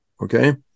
okay